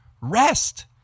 rest